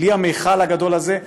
בלי המכל הגדול הזה.